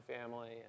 family